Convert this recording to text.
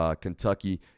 Kentucky –